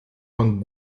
man